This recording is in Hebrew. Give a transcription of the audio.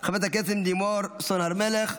חברת הכנסת לימור סון הר מלך,